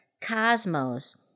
cosmos